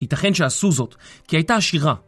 ייתכן שעשו זאת כי הייתה עשירה